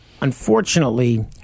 unfortunately